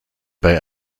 bei